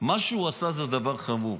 שמה שהוא עשה זה דבר חמור.